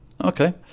Okay